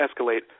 escalate